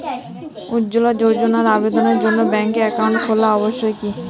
উজ্জ্বলা যোজনার আবেদনের জন্য ব্যাঙ্কে অ্যাকাউন্ট খোলা আবশ্যক কি?